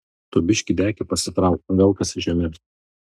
tu biškį dekį pasitrauk velkasi žeme